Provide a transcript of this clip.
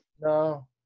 No